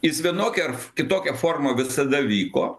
jis vienokia ar kitokia forma visada vyko